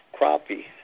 crappie